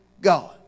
God